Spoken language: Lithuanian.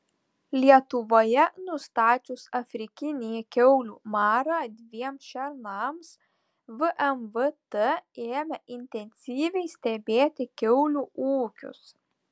lietuvoje nustačius afrikinį kiaulių marą dviem šernams vmvt ėmė intensyviai stebėti kiaulių ūkius